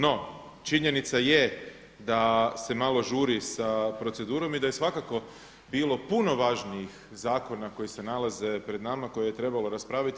No, činjenica je da se malo žuri sa procedurom i da je svakako bilo puno važnijih zakona koji se nalaze pred nama koje je trebalo raspraviti.